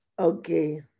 Okay